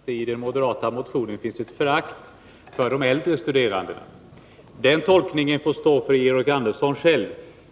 Herr talman! Georg Andersson säger att det i den moderata motionen finns ett förakt för de äldre studerande. För den tolkningen får Georg Andersson stå själv.